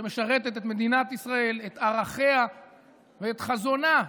שמשרתת את מדינת ישראל, את ערכיה ואת חזונה,